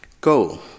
Go